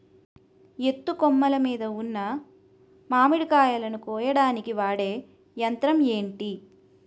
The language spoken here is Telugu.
ఎత్తు కొమ్మలు మీద ఉన్న మామిడికాయలును కోయడానికి వాడే యంత్రం ఎంటి?